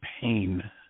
pain